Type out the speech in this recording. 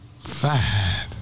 five